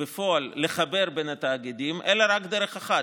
לחבר בפועל בין התאגידים אלא רק דרך אחת,